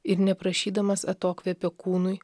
ir neprašydamas atokvėpio kūnui